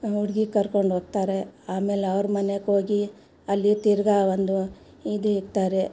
ಹುಡುಗಿ ಕರ್ಕೊಂಡು ಹೋಗ್ತಾರೆ ಆಮೇಲೆ ಅವರು ಮನೆಗೆ ಹೋಗಿ ಅಲ್ಲಿ ತಿರುಗಾ ಒಂದು ಇದು ಇಡ್ತಾರೆ